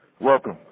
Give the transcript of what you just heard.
Welcome